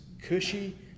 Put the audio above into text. cushy